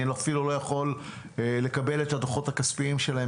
אני אפילו לא יכול לקבל את הדוחות הכספיים שלהם